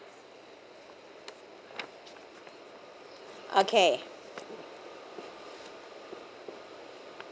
okay